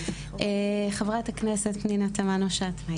חה"כ פנינה תמנו-שטה,